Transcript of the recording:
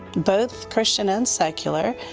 both christian and secular.